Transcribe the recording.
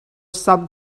some